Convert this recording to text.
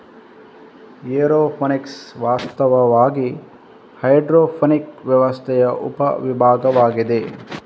aeroponics ವಾಸ್ತವವಾಗಿ hydroponic ವ್ಯವಸ್ಥೆಯ ಉಪ ವಿಭಾಗವಾಗಿದೆ